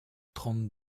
trente